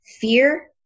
fear